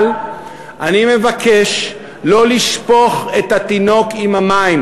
אבל אני מבקש לא לשפוך את התינוק עם המים,